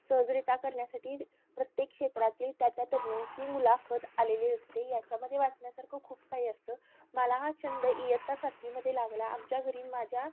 सहजरीत्या करण्यासाठी प्रत्येक क्षेत्रातील त्या त्या तज्ञांची मुलाखत आलेली असते याच्यामध्ये वाचण्यासारखं खूप काही असतं मला हा छंद इयत्ता सातवीमध्ये लागला आमच्या घरी माझ्या